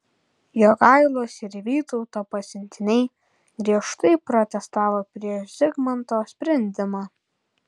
jogailos ir vytauto pasiuntiniai griežtai protestavo prieš zigmanto sprendimą